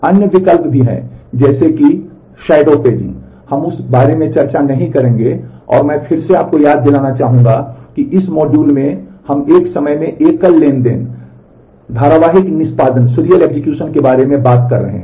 अन्य विकल्प भी हैं जैसे कि छाया पेजिंग हम उस बारे में चर्चा नहीं करेंगे और मैं फिर से आपको याद दिलाना चाहूंगा कि इस मॉड्यूल में हम एक समय में एकल लेनदेन धारावाहिक निष्पादन के बारे में बात कर रहे हैं